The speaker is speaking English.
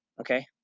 okay